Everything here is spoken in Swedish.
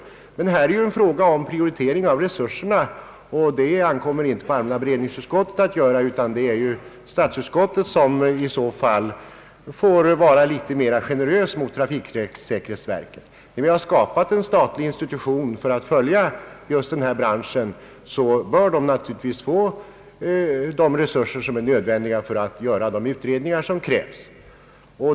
Här är det ju en fråga om prioritering av resurserna, och en sådan ankommer inte på allmänna beredningsutskottet. Det är statsutskottet som i så fall får vara litet mera generöst mot trafiksäkerhetsverket. När vi har skapat en statlig institution för att följa just denna bransch bör institutionen naturligtvis få de resurser som är nödvändiga för att göra de utredningar som krävs.